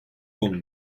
oldu